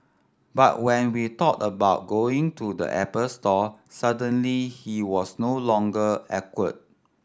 but when we thought about going to the Apple store suddenly he was no longer awkward